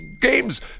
games